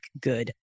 good